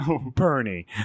Bernie